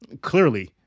clearly